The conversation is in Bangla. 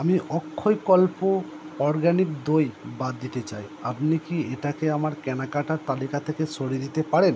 আমি অক্ষয়কল্প অরগ্যানিক দই বাদ দিতে চাই আপনি কি এটাকে আমার কেনাকাটার তালিকা থেকে সরিয়ে দিতে পারেন